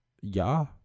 Ja